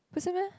不是 meh